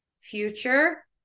future